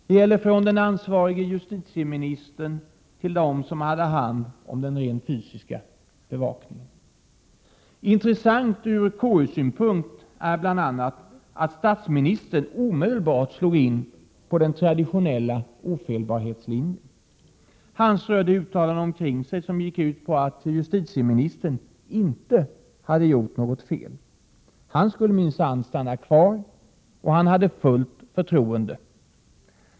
Det gäller från den ansvarige justitieministern till dem som hade hand om den rent fysiska bevakningen. Intressant ur KU-synpunkt är bl.a. att statsministern omedelbart slog in på den traditionella ofelbarhetslinjen. Han strödde uttalanden omkring sig som gick ut på att justitieministern inte hade gjort något fel. Han skulle minsann stanna kvar och hade fullt förtroende.